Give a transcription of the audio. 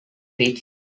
fists